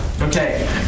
okay